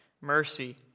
mercy